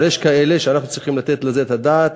אבל יש כאלה שאנחנו צריכים לתת עליהם את הדעת,